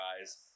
eyes